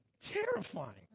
terrifying